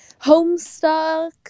Homestuck